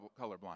colorblind